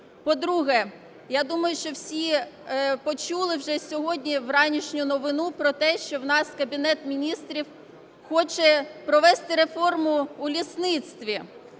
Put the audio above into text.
По-друге, я думаю, що всі почули вже сьогодні вранішню новину про те, що у нас Кабінет Міністрів хоче провести реформу у лісництві